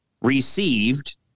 received